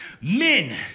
men